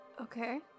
Okay